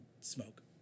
smoke